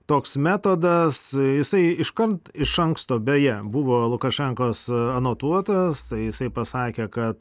toks metodas jisai iškart iš anksto beje buvo lukašenkos anotuotas jisai pasakė kad